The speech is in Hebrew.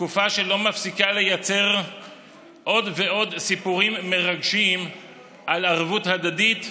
תקופה שלא מפסיקה לייצר עוד ועוד סיפורים מרגשים על ערבות הדדית,